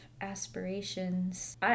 aspirations